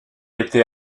était